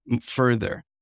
further